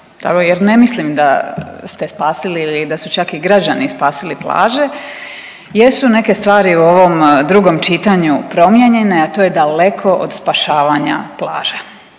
jer ne mislim da ste spasili ili da su čak i građani spasili plaže. Jesu neke stvari u ovom drugom čitanju promijenjene, a to je daleko od spašavanja plaća.